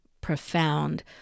profound